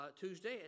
Tuesday